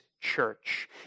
church